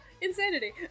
insanity